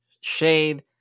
Shade